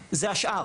לא, זה השאר.